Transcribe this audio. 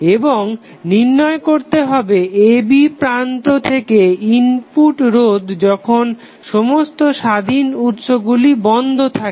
এবং নির্ণয় করতে হবে a b প্রান্ত থেকে ইনপুট রোধ যখন সমস্ত স্বাধীন উৎসগুলি বন্ধ থাকে